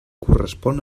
correspon